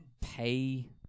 pay